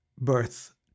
birth